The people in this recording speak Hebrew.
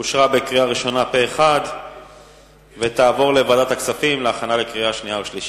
בקריאה ראשונה ותעבור לוועדת הכספים להכנה לקריאה שנייה ושלישית.